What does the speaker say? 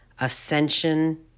ascension